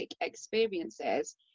experiences